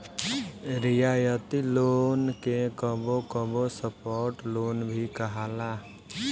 रियायती लोन के कबो कबो सॉफ्ट लोन भी कहाला